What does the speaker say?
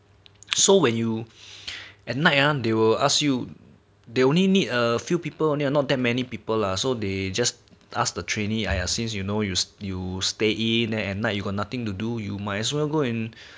so when you at night ah they will ask you they only need a few people only and not that many people lah so they just ask the trainee ah since you know you you stay in at night you got nothing to do you might as well go and